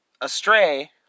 astray